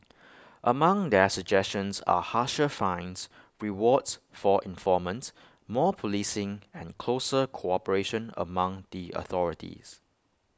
among their suggestions are harsher fines rewards for informants more policing and closer cooperation among the authorities